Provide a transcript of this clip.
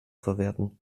verwerten